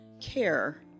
care